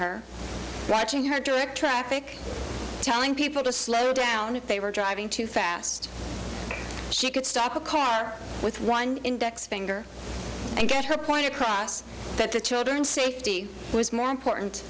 her watching her direct traffic telling people to slow down if they were driving too fast she could stop a car with one index finger and get her point across but the children safety was more important